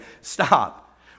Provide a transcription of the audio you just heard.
stop